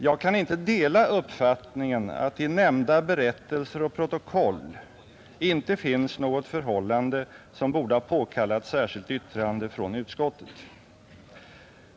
Jag kan inte dela uppfattningen att det i nämnda berättelser och protokoll inte finns något förhållande, som borde ha påkallat särskilt yttrande från utskottet.